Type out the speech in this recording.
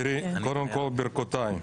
קודם כל ברכותיי.